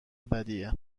بدیه